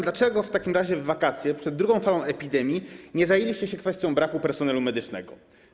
Dlaczego w takim razie w wakacje, przed drugą falą epidemii, nie zajęliście się kwestią braku personelu medycznego?